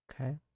Okay